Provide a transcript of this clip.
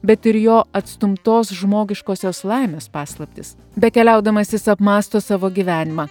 bet ir jo atstumtos žmogiškosios laimės paslaptis bekeliaudamas jis apmąsto savo gyvenimą